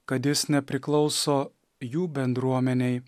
kad jis nepriklauso jų bendruomenei